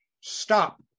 stop